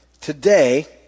Today